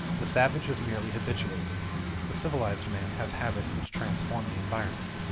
the savage is merely habituated the civilized man has habits which transform the environment.